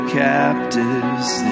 captives